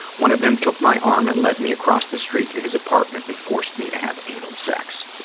one of them took my arm and led me across the street to his apartment and forced me to have anal sex,